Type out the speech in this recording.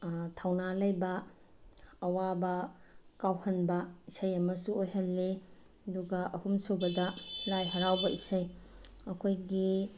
ꯊꯧꯅꯥ ꯂꯩꯕ ꯑꯋꯥꯕ ꯀꯥꯎꯍꯟꯕ ꯏꯁꯩ ꯑꯃꯁꯨ ꯑꯣꯏꯍꯜꯂꯤ ꯑꯗꯨꯒ ꯑꯍꯨꯝ ꯁꯨꯕꯗ ꯂꯥꯏ ꯍꯔꯥꯎꯕ ꯏꯁꯩ ꯑꯩꯈꯣꯏꯒꯤ